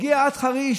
הגיע עד חריש,